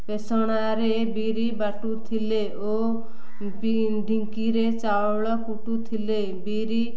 ପେଷଣାରେ ବିରି ବାଟୁଥିଲେ ଓ ଢ଼ିଙ୍କିରେ ଚାଉଳ କୁଟୁଥିଲେ ବିରି